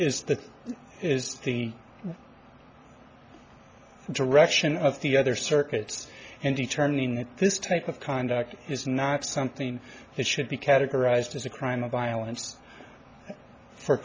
is the is the direction of the other circuits and determining that this type of conduct is not something that should be categorized as a crime of violence for